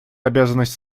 обязанность